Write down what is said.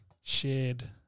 shared